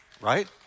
Right